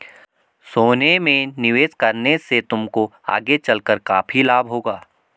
सोने में निवेश करने से तुमको आगे चलकर काफी लाभ होगा